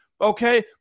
Okay